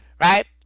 right